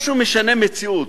משהו משנה מציאות.